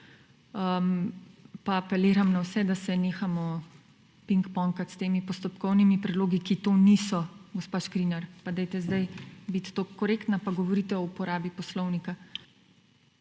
Pa apeliram na vse, da se nehamo pingpongati s temi postopkovnimi predlogi, ki to niso, gospa Škrinjar. Pa zdaj bodite toliko korektni, pa govorite o uporabi poslovnika.